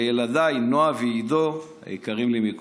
לילדיי נעה ועדו היקרים לי מכול,